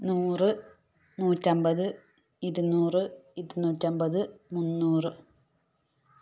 നൂറ് നൂറ്റമ്പത് ഇരുന്നൂറ് ഇരുന്നൂറ്റമ്പത് മുന്നൂറ്